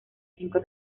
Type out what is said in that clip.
cinco